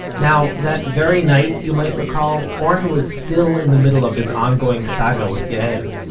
now, that very night, you might recall, oren was still in the middle of his ongoing saga with yael.